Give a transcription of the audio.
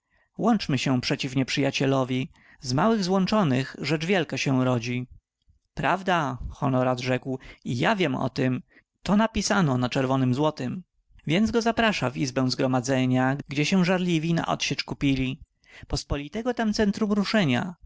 łączmy się przeciw nieprzyjacielowi z małych złączonych rzecz wielka się rodzi prawda honorat rzekł i ja wiem o tm to napisano na czerwonym złotym więc go zaprasza w izbę zgromadzenia gdzie się żarliwi na odsiecz kupili pospolitego tam centrum ruszenia